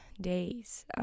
days